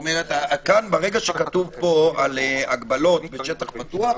כלומר ברגע שכתוב פה על הגבלות בשטח פתוח,